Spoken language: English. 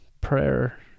prayer